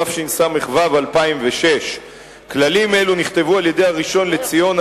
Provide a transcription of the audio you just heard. התשס"ו 2006. כללים אלו נכתבו על-ידי הראשון לציון,